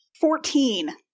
Fourteen